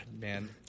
man